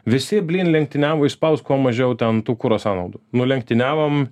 visi blyn lenktyniavo išspaust kuo mažiau ten tų kuro sąnaudų nu lenktyniavom